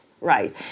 Right